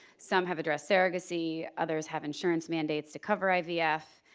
some have addressed surrogacy, others have insurance mandates to cover ivf,